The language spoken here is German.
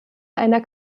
einer